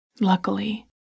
Luckily